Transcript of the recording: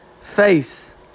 face